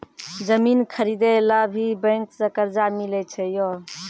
जमीन खरीदे ला भी बैंक से कर्जा मिले छै यो?